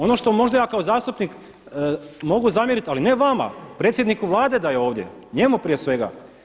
Ono što možda ja kao zastupnik mogu zamjerit, ali ne vama, predsjedniku Vlade da je ovdje, njemu prije svega.